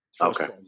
Okay